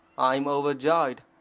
i'm overjoyed.